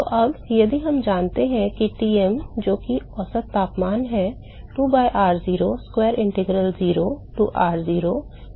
तो अब यदि हम जानते हैं कि Tm जो कि औसत तापमान है 2 by r0 square integral 0 to r0 uT rdr है